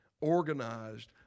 organized